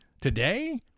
today